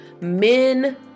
men